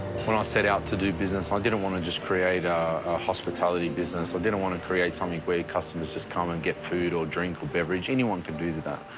when i set out to do business, i didn't want to just create a hospitality business, i didn't want to create something where customers just come and get food or drink or beverage, anyone can do that.